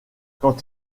quand